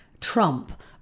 Trump